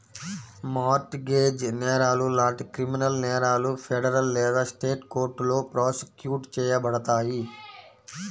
mart gauge నేరాలు లాంటి criminal నేరాలు ఫెడరల్ లేదా స్టేట్ కోర్టులో ప్రాసిక్యూట్ చేయబడతాయి